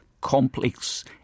complex